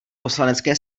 poslanecké